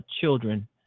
children